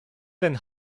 ten